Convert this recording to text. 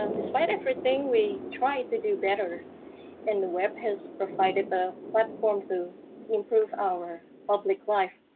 um despite everything, we try to do better and the web has provided the platform to improve our public life.